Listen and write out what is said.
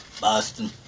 Boston